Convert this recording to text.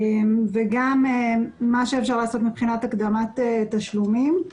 מה שאפשר לעשות מבחינת הקדמת תשלומים.